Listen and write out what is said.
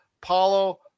Paulo